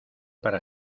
para